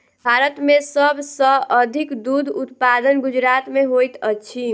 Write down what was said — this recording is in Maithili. भारत में सब सॅ अधिक दूध उत्पादन गुजरात में होइत अछि